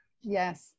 Yes